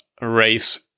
race